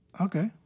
okay